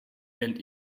and